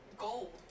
Gold